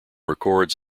records